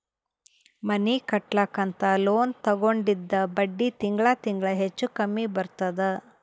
ಮನಿ ಕಟ್ಲಕ್ ಅಂತ್ ಲೋನ್ ತಗೊಂಡಿದ್ದ ಬಡ್ಡಿ ತಿಂಗಳಾ ತಿಂಗಳಾ ಹೆಚ್ಚು ಕಮ್ಮಿ ಬರ್ತುದ್